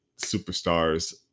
superstars